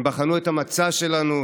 הם בחנו את המצע שלנו,